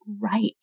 right